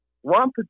one